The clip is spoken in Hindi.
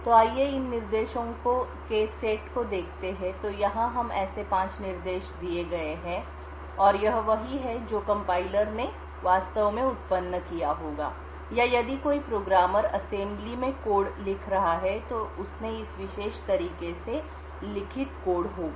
तो आइए इन निर्देशों के सेट को देखते हैं तो यहां हमें ऐसे ५ निर्देश दिए गए हैं और यह वही है जो कंपाइलर संकलक ने वास्तव में उत्पन्न किया होगा या यदि कोई प्रोग्रामर असेंबली में कोड लिख रहा है तो उसने इस विशेष तरीके से लिखित कोड होगा